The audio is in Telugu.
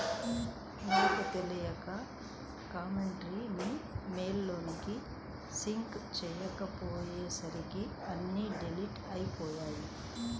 నాకు తెలియక కాంటాక్ట్స్ ని మెయిల్ కి సింక్ చేసుకోపొయ్యేసరికి అన్నీ డిలీట్ అయ్యిపొయ్యాయి